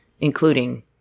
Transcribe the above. including